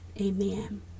Amen